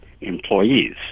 employees